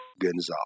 Gonzalez